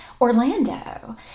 Orlando